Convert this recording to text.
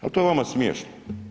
Ali, to je vama smiješno.